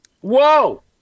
Whoa